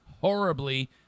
horribly